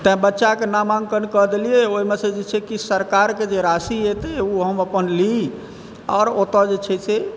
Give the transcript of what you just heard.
तऽ बच्चाके नामाङ्कन कऽ देलिए ओहिमेसँ छै कि सरकारके जाहिमे राशि एतऽ ओ हम अपन ली आओर ओतऽ जे छै से